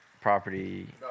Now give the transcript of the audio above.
property